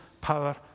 power